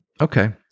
Okay